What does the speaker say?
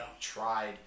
tried